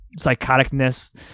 psychoticness